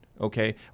okay